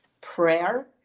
prayer